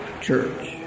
church